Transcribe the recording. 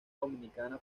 dominicana